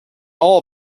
all